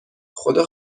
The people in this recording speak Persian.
خدا